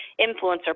influencer